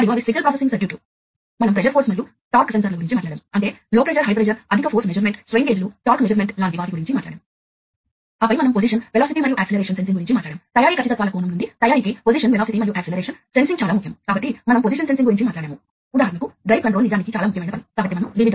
మరియు బస్ లోని పరికరాల మధ్య కమ్యూనికేషన్ను సమన్వయం చేసే విధానాన్ని మీరు వివరించగలుగుతారు వాస్తవానికి ఈ కమ్యూనికేషన్ యొక్క దిగువ రెండు పొరల గురించి ఈ పాఠం యొక్క ఈ భాగంలో చర్చించబడతాయి